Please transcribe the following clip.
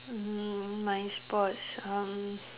mm my sports um